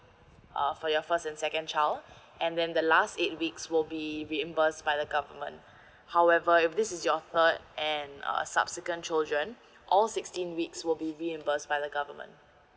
uh for your first and second child and the last eight weeks will be reimbursed by the government however if this is your third and uh subsequent children all sixteen weeks will be reimbursed by the government